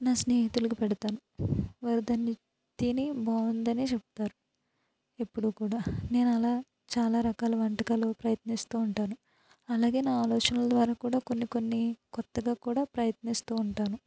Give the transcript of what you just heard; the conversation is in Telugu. నా స్నేహితులకు పెడతాను వాళ్ళు దాన్ని తిని బాగుందనే చెప్తారు ఎప్పుడు కూడా నేను అలా చాలా రకాల వంటకాలు ప్రయత్నిస్తు ఉంటాను అలాగే నా ఆలోచనల ద్వారా కూడా కొన్ని కొన్ని కొత్తగా కూడా ప్రయత్నిస్తూ ఉంటాను